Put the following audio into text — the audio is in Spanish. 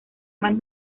más